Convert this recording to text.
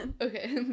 okay